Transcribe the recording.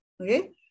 Okay